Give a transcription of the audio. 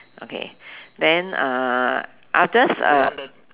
okay then uh I will just uh